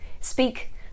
speak